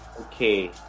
Okay